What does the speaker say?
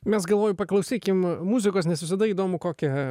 mes galvoju paklausykim muzikos nes visada įdomu kokia